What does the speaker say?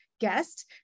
guest